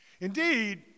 Indeed